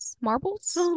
Marbles